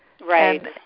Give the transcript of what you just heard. Right